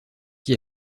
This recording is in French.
qui